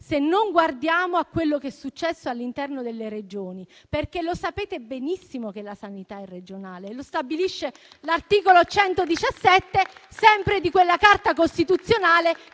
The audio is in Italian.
se non guardiamo a quello che è successo all'interno delle Regioni. Lo sapete benissimo che la sanità è regionale. Lo stabilisce l'articolo 117, sempre di quella Carta costituzionale